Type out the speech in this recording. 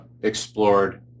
explored